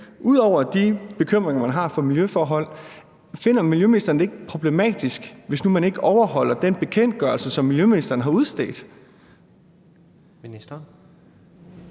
Ud over de bekymringer, man har for miljøforhold, finder ministeren det så ikke problematisk, hvis nu man ikke overholder den bekendtgørelse, som miljøministeren har udstedt?